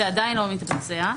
זה עדיין לא מתבצע.